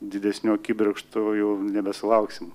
didesnių akibrokštų jau nebesulauksim